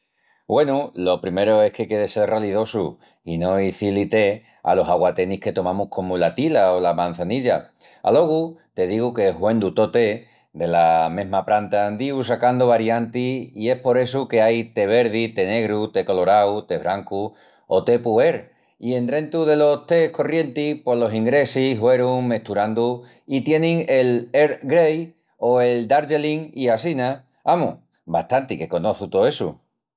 Güenu, lo primeru es qu'ai de sel ralidosus i no izí-li té alos aguatenis que tomamus comu la tila o la mançanilla. Alogu, te digu que huendu tó té, dela mesma pranta án díu sacandu variantis i es por essu que ai té verdi, té negru, té colorau, té brancu o té pu-erh, i endrentu delos tés corrientis pos los ingresis huerun mesturandu i tienin el Earl Grey, el Darjeeling i assina. Amus, bastanti que conoçu tó essu.